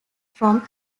from